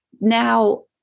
Now